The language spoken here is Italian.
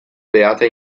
beata